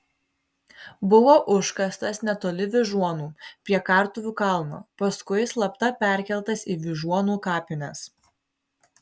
buvo užkastas netoli vyžuonų prie kartuvių kalno paskui slapta perkeltas į vyžuonų kapines